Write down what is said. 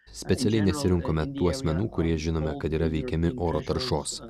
specialiai nesirinkome tuo asmenų kurie žinome kad yra veikiami oro taršos